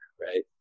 right